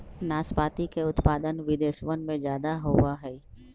नाशपाती के उत्पादन विदेशवन में ज्यादा होवा हई